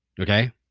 okay